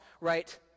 right